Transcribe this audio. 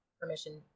permission